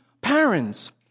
parents